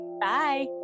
Bye